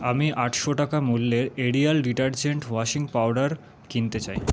আমি আটশো টাকা মূল্যের এরিয়াল ডিটারজেন্ট ওয়াশিং পাউডার কিনতে চাই